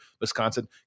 Wisconsin